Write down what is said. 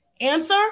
Answer